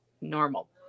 normal